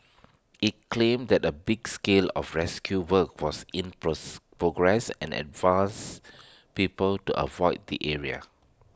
IT claimed that A big scale of rescue work was in progress and advised people to avoid the area